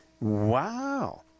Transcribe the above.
Wow